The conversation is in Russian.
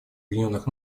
объединенных